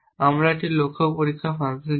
আমরা একটি লক্ষ্য পরীক্ষা ফাংশন ছিল